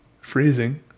Freezing